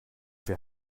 wir